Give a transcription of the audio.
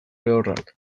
lehorrak